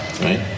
right